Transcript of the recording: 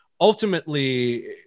ultimately